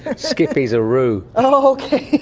skippy is a roo. oh okay.